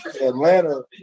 Atlanta